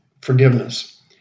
forgiveness